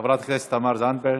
חברת הכנסת תמר זנדברג.